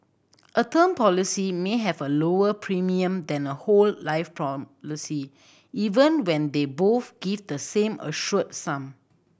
a term policy may have a lower premium than a whole life policy even when they both give the same assured sum